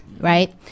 right